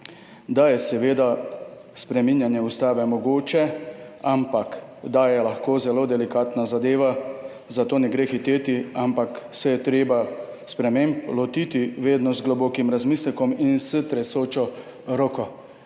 da je seveda spreminjanje ustave mogoče, ampak da je lahko zelo delikatna zadeva, zato ne gre hiteti, ampak se je treba sprememb lotiti vedno z globokim razmislekom in s tresočo roko.